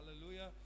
Hallelujah